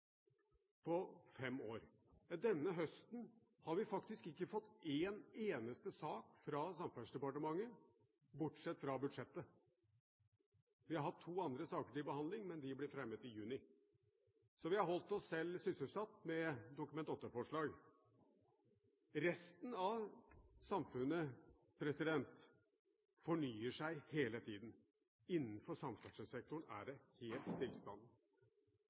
på fem år. Denne høsten har vi faktisk ikke fått én eneste sak fra Samferdselsdepartementet, bortsett fra budsjettet. Vi har hatt to andre saker til behandling, men de ble fremmet i juni. Vi har holdt oss selv sysselsatt med Dokument 8-forslag. Resten av samfunnet fornyer seg hele tiden. Innenfor samferdselssektoren er det helt